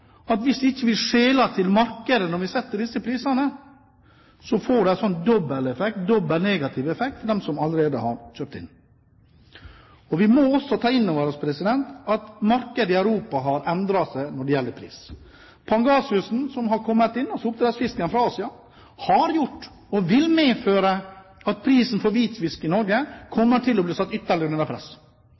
at hvis ikke vi skjeler til markedet når vi setter disse prisene, får det en dobbelteffekt, en dobbelt negativ effekt, for dem som allerede har kjøpt inn. Vi må også ta inn over oss at markedet i Europa har endret seg når det gjelder pris. Pangasusen som har kommet inn – altså oppdrettsfisken fra Asia – har medført og vil medføre at prisen på hvitfisk i Norge kommer til å bli satt ytterligere under press.